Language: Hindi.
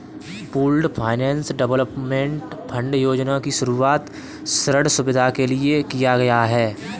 पूल्ड फाइनेंस डेवलपमेंट फंड योजना की शुरूआत ऋण सुविधा के लिए किया गया है